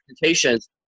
presentations